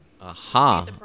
Aha